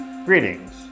Greetings